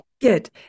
Good